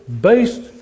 based